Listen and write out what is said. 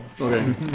Okay